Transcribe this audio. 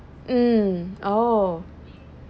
mm oh